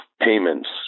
payments